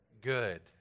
Good